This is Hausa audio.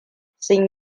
sun